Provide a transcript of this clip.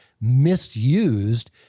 misused